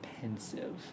pensive